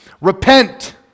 Repent